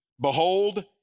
Behold